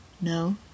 no